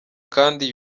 akandi